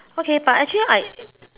okay but actually I